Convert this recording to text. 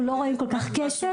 אנחנו לא רואים כל כך כסף.